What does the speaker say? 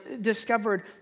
discovered